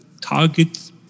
targets